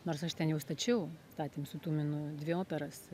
nors aš ten jau stačiau statėm su tuminu dvi operas